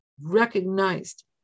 recognized